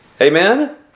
Amen